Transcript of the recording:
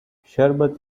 sherbet